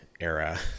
era